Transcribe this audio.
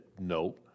no